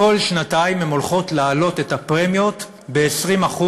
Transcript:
כל שנתיים הן הולכות להעלות את הפרמיות ב-20%,